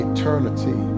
Eternity